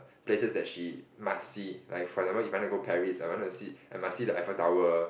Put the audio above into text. places that she must see like for example if I wanna go Paris I wanna see I must see the Eiffel Tower